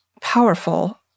powerful